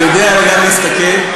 אני יודע לאן להסתכל.